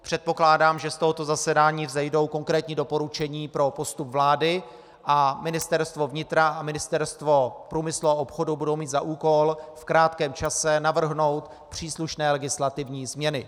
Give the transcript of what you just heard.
Předpokládám, že z tohoto zasedání vzejdou konkrétní doporučení pro postup vlády, a Ministerstvo vnitra a Ministerstvo průmyslu a obchodu budou mít za úkol v krátkém čase navrhnout příslušné legislativní změny.